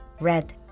red